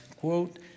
quote